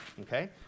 Okay